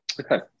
Okay